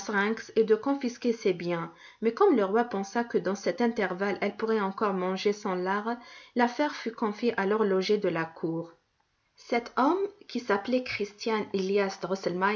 et de confisquer ses biens mais comme le roi pensa que dans cet intervalle elle pourrait encore manger son lard l'affaire fut confiée à l'horloger de la cour cet homme qui